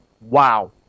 Wow